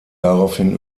daraufhin